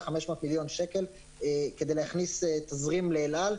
500 מיליון שקל כדי להכניס תזרים לאל-על,